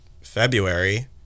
February